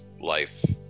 life